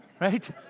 right